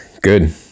good